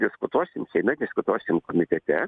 diskutuosim seime diskutuosim komitete